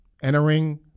entering